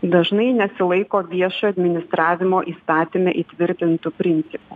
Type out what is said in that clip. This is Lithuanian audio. dažnai nesilaiko viešojo administravimo įstatyme įtvirtintų principų